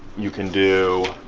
you can do,